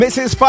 Mrs